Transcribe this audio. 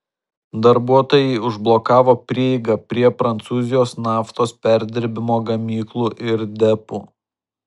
darbuotojai užblokavo prieigą prie prancūzijos naftos perdirbimo gamyklų ir depų